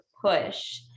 push